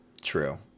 True